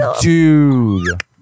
dude